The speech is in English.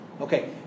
Okay